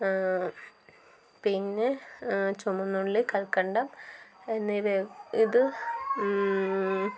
പിന്നെ ചുവന്നുള്ളി കൽക്കണ്ടം എന്നിവയൊ ഇത്